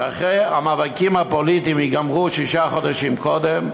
שאחרי שהמאבקים הפוליטיים ייגמרו שישה חודשים קודם,